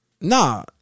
Nah